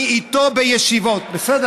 ני איתו בישיבות, בסדר?